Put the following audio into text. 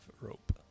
rope